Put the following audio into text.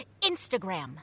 Instagram